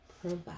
provide